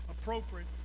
appropriate